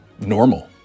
normal